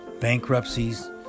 bankruptcies